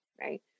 right